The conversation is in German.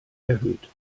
erhöht